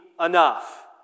enough